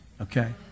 okay